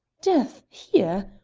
death here!